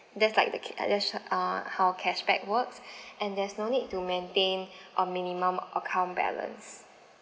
just like the ca~ uh just uh how cashback works and there's no need to maintain a minimum account balance